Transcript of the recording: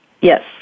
Yes